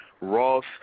Ross